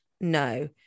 no